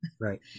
Right